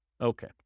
Okay